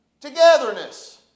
Togetherness